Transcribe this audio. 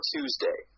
Tuesday